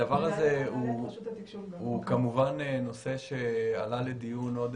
הדבר הזה הוא כמובן נושא שעלה לדיון עוד